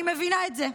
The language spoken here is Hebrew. אני מבינה את זה.